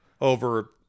over